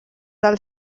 del